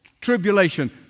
Tribulation